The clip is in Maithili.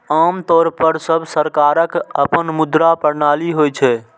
आम तौर पर सब सरकारक अपन मुद्रा प्रणाली होइ छै